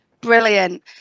Brilliant